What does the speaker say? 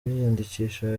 biyandikishije